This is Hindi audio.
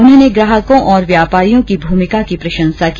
उन्होंने ग्राहकों और व्यापारियों की मूमिका की प्रशंसा की